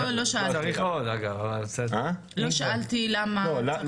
לא שאלתי למה צריך עובדים זרים.